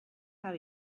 how